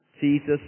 Jesus